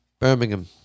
Birmingham